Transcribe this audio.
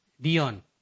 Dion